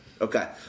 Okay